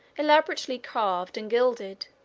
elaborately carved and gilded,